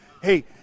hey